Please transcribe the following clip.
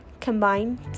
combine